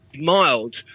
mild